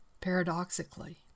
paradoxically